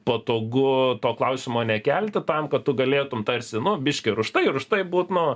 patogu to klausimo nekelti tam kad tu galėtum tarsi nu biškį ir už tai ir už tai būt nu